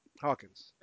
Hawkins